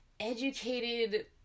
educated